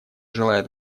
желает